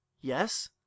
Yes